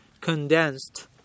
condensed